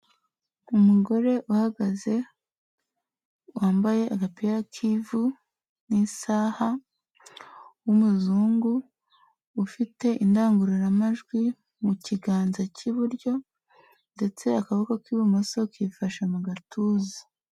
Umugore uhagaze wambaye agapira k'ivu n'isaha w'umuzungu ufite indangururamajwi mu kiganza cy'iburyo, ndetse akaboko k'ibumoso kifashe mu gatuza.